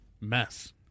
mess